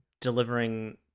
delivering